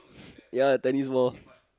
ya tennis ball